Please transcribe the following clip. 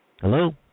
Hello